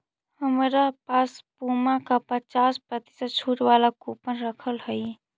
हमरा पास पुमा का पचास प्रतिशत छूट वाला कूपन रखल हई